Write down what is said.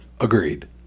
Agreed